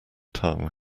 tongue